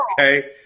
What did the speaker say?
Okay